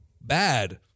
bad